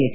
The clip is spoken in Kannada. ಎಚ್